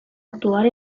actuar